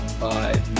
Bye